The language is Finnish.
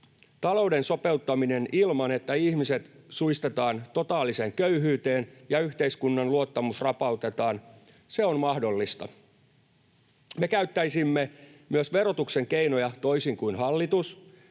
Talouden sopeuttaminen on mahdollista ilman, että ihmiset suistetaan totaaliseen köyhyyteen ja yhteiskunnan luottamus rapautetaan. Me käyttäisimme myös verotuksen keinoja, toisin kuin hallitus.